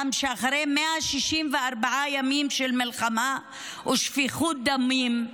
שאחרי 164 ימים של מלחמה ושפיכות דמים,